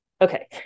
okay